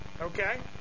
Okay